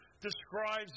describes